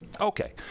okay